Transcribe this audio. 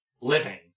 living